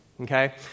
Okay